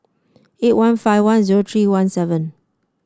eight one five one zero three one seven